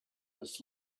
this